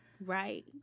right